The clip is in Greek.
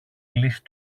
κλείσει